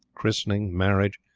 christening, marriage,